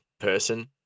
person